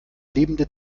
lebende